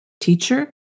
teacher